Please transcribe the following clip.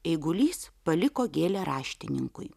eigulys paliko gėlę raštininkui